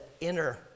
inner